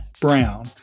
Brown